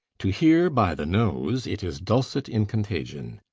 to hear by the nose, it is dulcet in contagion.